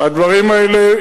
אני דווקא חושב שכן.